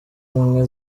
umwe